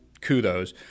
kudos